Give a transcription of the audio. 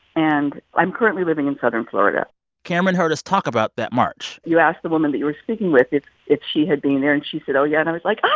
and i'm currently living in southern florida cameron heard us talk about that march you asked the woman that you were speaking with if if she had been there. and she said, oh, yeah. and i was like, i